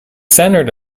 centered